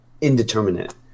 indeterminate